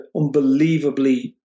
unbelievably